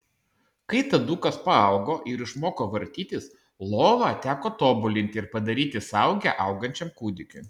kai tadukas paaugo ir išmoko vartytis lovą teko tobulinti ir padaryti saugią augančiam kūdikiui